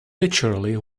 literally